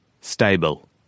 Stable